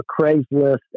Craigslist